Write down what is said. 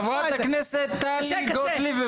בבקשה, חברת הכנסת טלי גוטליב.